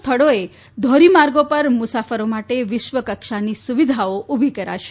સ્થળોએ ધોરીમાર્ગો પર મુસાફરો માટે વિશ્વકક્ષાની સુવિધાઓ ઉભી કરાશે